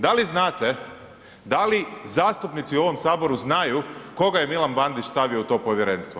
Da li znate, da li zastupnici u ovom Saboru znaju koga je Milan Bandić stavio u to povjerenstvo?